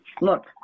Look